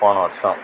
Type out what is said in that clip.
போன வருஷம்